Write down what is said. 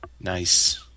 Nice